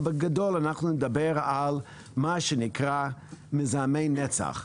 אבל בגדול אנחנו נדבר על מה שנקרא מזהמי נצח.